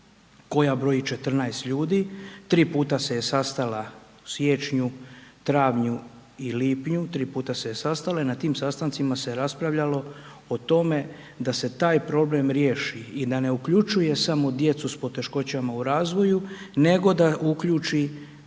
koja broji 14 ljudi, 3 puta se je sastala u siječnju, travnju i lipnju, tri puta se je sastala i na tim sastancima se raspravljalo o tome da se taj problem riješi i da ne uključuje samo djecu s poteškoćama u razvoju nego da uključi